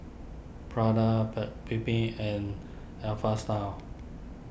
Prada Paik's Bibim and Alpha Style